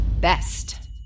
Best